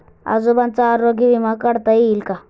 आजोबांचा आरोग्य विमा काढता येईल का?